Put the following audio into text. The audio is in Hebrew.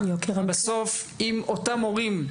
בסוף אם אותם הורים,